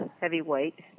heavyweight